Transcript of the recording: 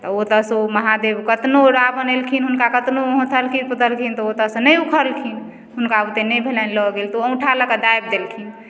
तऽ ओतऽसँ ओ महादेव कतनो रावण अयलखिन हुनका कतनो हुतलखिन तुतलखिन तऽ ओ ओतऽ सँ नहि उखड़लखिन हुनका बुते नहि भेलनि लअ गेल तऽ ओ अङ्गुठा लऽके दाबि देलखिन